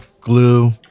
glue